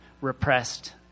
repressed